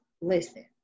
listen